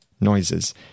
noises